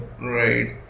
Right